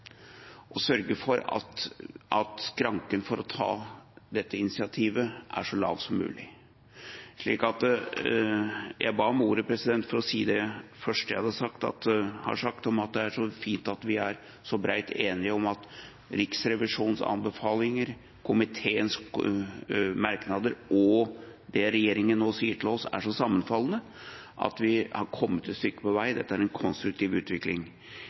å gjøre noe aktivt med, men vi må sørge for at skranken for å ta dette initiativet er så lav som mulig. Jeg ba om ordet for å si det første jeg sa, nemlig at det er fint at det er bred enighet om at Riksrevisjonens anbefalinger, komiteens merknader og det regjeringa nå sier til oss, er så sammenfallende at vi har kommet et stykke på vei. Dette er en konstruktiv utvikling.